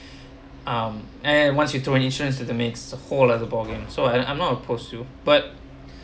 um and once you took insurance into the mix it's a whole other ballgame so I I'm not opposed to but